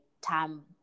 time